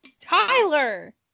Tyler